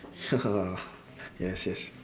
ya yes yes